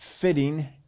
fitting